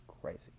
crazy